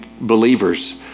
believers